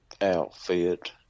Outfit